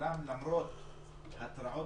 אולם למרות התראות,